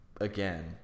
again